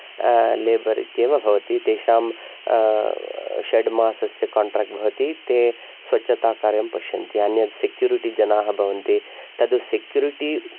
labour इत्येव भवति तेषां षड् मासस्य कोन्ट्रेक्ट् भवति ते स्वच्छताकार्यं पश्यति अन्यत् सेक्युरिटि जनाः भवन्ति तद् सेक्युरिटि